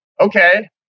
okay